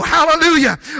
Hallelujah